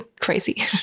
crazy